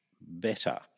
better